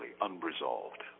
unresolved